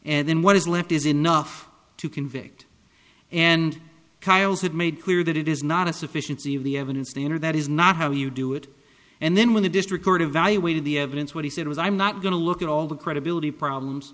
and then what is left is enough to convict and kyl's had made clear that it is not a sufficiency of the evidence standard that is not how you do it and then when the district court evaluated the evidence what he said was i'm not going to look at all the credibility problems